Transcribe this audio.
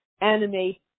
animate